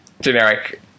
generic